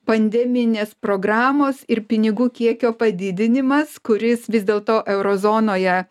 pandeminės programos ir pinigų kiekio padidinimas kuris vis dėlto euro zonoje